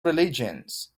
religions